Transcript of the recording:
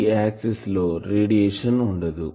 ఈ యాక్సిస్ లో రేడియేషన్ ఉండదు